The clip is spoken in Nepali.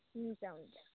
हुन्छ हुन्छ